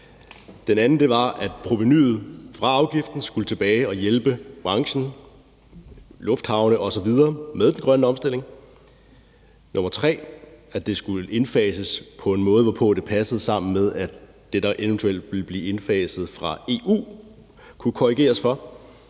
Den anden var, at provenuet fra afgiften skulle tilbage og hjælpe branchen, lufthavne osv., med den grønne omstilling. Den tredje var, at det skulle indfases på en måde, så det passede sammen med, at det, der eventuelt vil blive indfaset fra EU, kunne der korrigeres for.